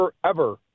forever